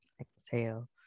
Exhale